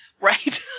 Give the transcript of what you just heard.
right